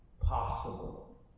possible